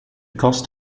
cost